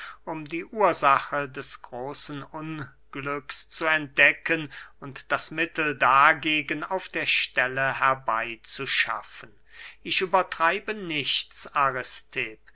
um die ursache des großen unglücks zu entdecken und das mittel dagegen auf der stelle herbey zu schaffen ich übertreibe nichts